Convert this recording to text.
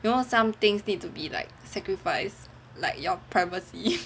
you know some things need to be like sacrificed like your privacy